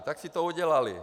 Tak si to udělali.